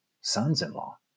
sons-in-law